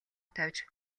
тавьж